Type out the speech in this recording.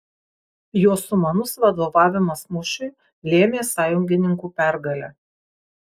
jo sumanus vadovavimas mūšiui lėmė sąjungininkų pergalę